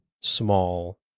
small